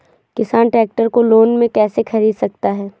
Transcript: किसान ट्रैक्टर को लोन में कैसे ख़रीद सकता है?